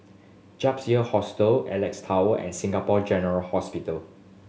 Year Hostel Alex Tower and Singapore General Hospital